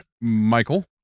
michael